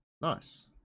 nice